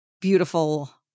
beautiful